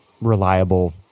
reliable